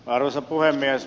arvoisa puhemies